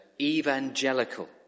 evangelical